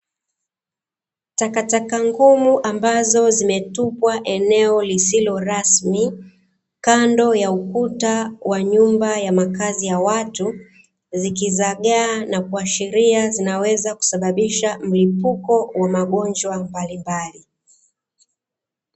Takataka ngumu ambazo zimetupwa eneo lisilo rasmi kando ya ukuta wa nyumba ya makazi ya watu, zikizagaa na kuashiria zinaweza kusababisha mlipuko wa magonjwa mbalimbali.